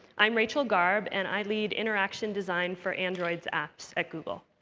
i'm rachel garb, and i lead interaction design for android's apps at google.